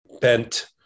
bent